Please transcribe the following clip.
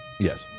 Yes